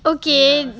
okay